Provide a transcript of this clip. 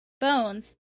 bones